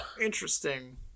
interesting